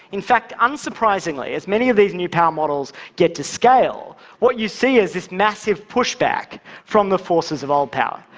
in fact, unsurprisingly, as many of these new power models get to scale, what you see is this massive pushback from the forces of old power.